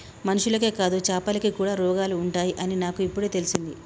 మనుషులకే కాదు చాపలకి కూడా రోగాలు ఉంటాయి అని నాకు ఇపుడే తెలిసింది